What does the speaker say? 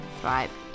thrive